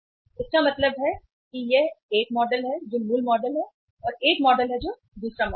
तो इसका मतलब है कि यह एक मॉडल है जो मूल मॉडल है और एक मॉडल है जो दूसरा मॉडल है